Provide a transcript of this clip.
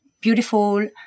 beautiful